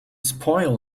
spoil